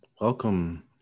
welcome